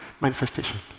manifestation